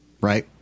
Right